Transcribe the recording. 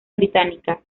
británica